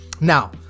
Now